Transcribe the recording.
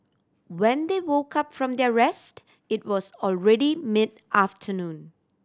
when they woke up from their rest it was already mid afternoon